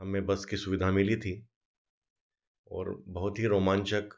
हमें बस की सुविधा मिली थी और बहुत ही रोमान्चक